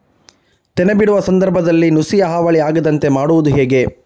ತೆನೆ ಬಿಡುವ ಸಂದರ್ಭದಲ್ಲಿ ನುಸಿಯ ಹಾವಳಿ ಆಗದಂತೆ ಮಾಡುವುದು ಹೇಗೆ?